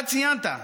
אתה ציינת,